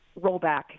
rollback